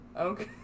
Okay